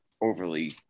overly